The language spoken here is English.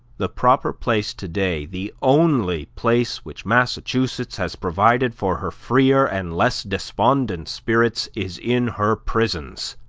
the proper place today, the only place which massachusetts has provided for her freer and less despondent spirits, is in her prisons,